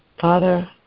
Father